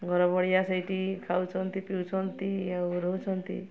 ଘର ଭଳିଆ ସେଇଠି ଖାଉଛନ୍ତି ପିଉଛନ୍ତି ଆଉ ରହୁଛନ୍ତି